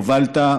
הובלת,